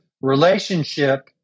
relationship